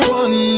one